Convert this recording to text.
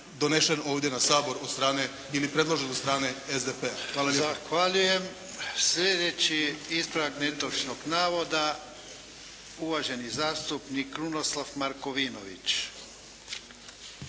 donesen ovdje na Saboru od strane ili predložen od strane SDP-a. **Jarnjak, Ivan (HDZ)** Zahvaljujem. Slijedeći ispravak netočnog navoda uvaženi zastupnik Krunoslav Markovinović.